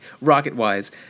rocket-wise